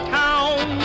town